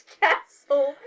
castle